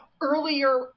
earlier